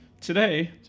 today